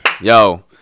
Yo